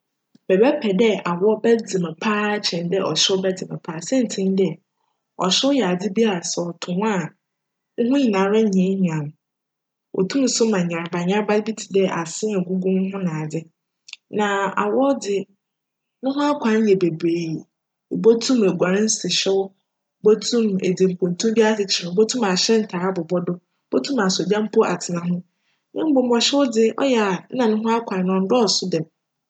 Mebjpj dj awcw bjdze me paa kyjn dj chyew bjdze me paa siantsir nye dj, chyew yj adze bi a sj cto wo a, woho nyinara nyaa nyaa wo. Otum so ma nyarba nyarba bi tse dj adze egugu wo ho na adze na awcw dze, no ho akwan yj beberee. Ibotum eguar nsuhyew, ibotum dze kuntu bi akyekyer wo ho, ibotum ahyj ntar abobc do, ibotum asc gya mpo atsena ho mbom chyew dze cyj a no ho akwan no nndccso djm.